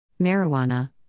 Marijuana